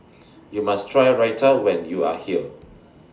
YOU must Try Raita when YOU Are here